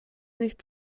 nicht